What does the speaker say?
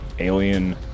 alien